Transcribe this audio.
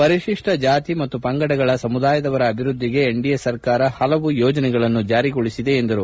ಪರಿತಿಷ್ಲ ಜಾತಿ ಮತ್ತು ಪಂಗಡಗಳ ಸಮುದಾಯದವರ ಆಭಿವ್ಯದ್ಲಿಗೆ ಎನ್ಡಿಎ ಸರ್ಕಾರ ಪಲವು ಯೋಜನೆಗಳನ್ನು ಜಾರಿಗೊಳಿಸಿದೆ ಎಂದರು